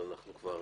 אבל אנחנו כבר